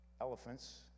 elephants